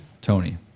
Tony